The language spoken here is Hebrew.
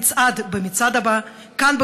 נצעד במצעד הבא כאן,